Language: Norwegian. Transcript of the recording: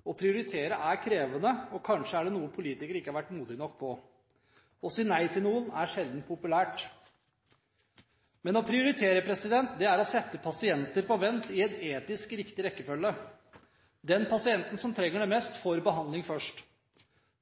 Å prioritere er krevende, og kanskje er det noe som politikere ikke har vært modige nok til å gjøre. Å si nei til noen er sjelden populært. Men å prioritere er å sette pasienter på vent i en etisk riktig rekkefølge. Den pasienten som trenger det mest, får behandling først.